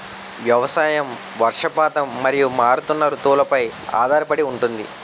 వ్యవసాయం వర్షపాతం మరియు మారుతున్న రుతువులపై ఆధారపడి ఉంటుంది